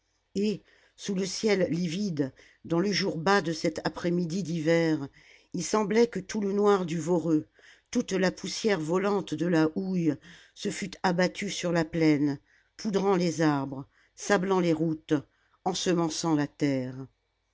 et sous le ciel livide dans le jour bas de cet après-midi d'hiver il semblait que tout le noir du voreux toute la poussière volante de la houille se fût abattue sur la plaine poudrant les arbres sablant les routes ensemençant la terre